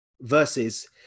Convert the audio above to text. versus